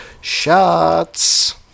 shots